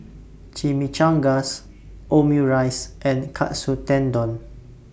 Chimichangas Omurice and Katsu Tendon